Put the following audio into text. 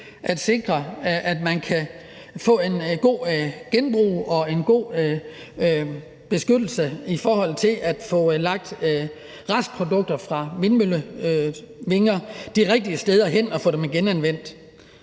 at sikre, at man kan få en god genbrug og en god beskyttelse i forhold til at få lagt restprodukter fra vindmøllevinger de rigtige steder hen og få dem genanvendt.